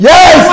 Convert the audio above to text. Yes